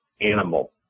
animal